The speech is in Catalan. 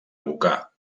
abocar